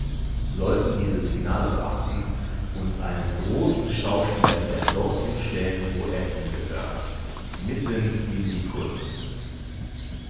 sollten diese signale beachten und einen großen schauspieler wieder dorthin stellen wo er hingehört mitten in die kunst